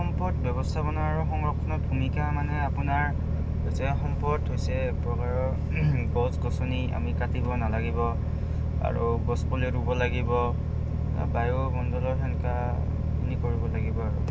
সম্পদ ব্যৱস্থাপনা আৰু সংৰক্ষণৰ ভূমিকা মানে আপোনাৰ হৈছে সম্পদ হৈছে এক প্ৰকাৰৰ গছ গছনি আমি কাটিব নালাগিব আৰু গছ পুলিও ৰুব লাগিব বায়ুমণ্ডলৰ সেনকাখিনি কৰিব লাগিব আৰু